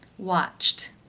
watched,